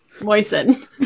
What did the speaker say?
moisten